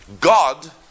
God